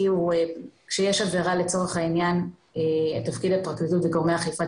כשיש עבירה תפקיד הפרקליטות וגורמי אכיפת